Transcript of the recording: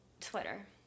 Twitter